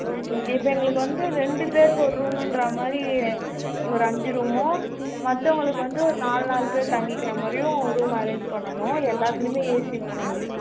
okay இப்போ எங்களுக்கு வந்து ரெண்டு பேருக்கு ஒரு ரூமுன்ற மாதிரி ஒரு அஞ்சு ரூமோ மற்றவங்களுக்கு வந்து ஒரு நாலு நாலு பேர் தங்கிக்கிற மாதிரியும் ஒரு ரூம் அரேஞ்ச் பண்ணணும் எல்லாத்துலேயுமே ஏசி வேணும் எங்களுக்கு